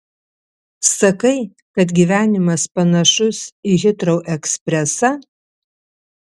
sakai kad gyvenimas panašus į hitrou ekspresą